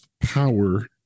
power